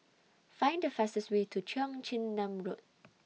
Find The fastest Way to Cheong Chin Nam Road